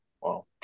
Wow